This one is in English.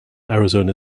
arizona